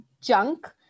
junk